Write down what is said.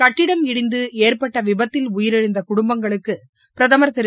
கட்டிடம் இடிந்து ஏற்பட்ட விபத்தில் உயிரிழந்த குடும்பங்களுக்கு பிரதமர் திரு